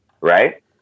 right